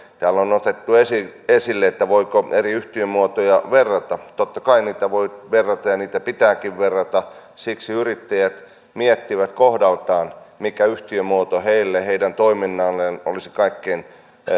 täällä on otettu esille esille se voiko eri yhtiömuotoja verrata totta kai niitä voi verrata ja niitä pitääkin verrata siksi yrittäjät miettivät kohdallaan mikä yhtiömuoto heille ja heidän toiminnalleen olisi kaikkein